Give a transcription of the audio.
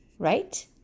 right